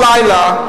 עכשיו, באותו לילה,